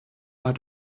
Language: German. hat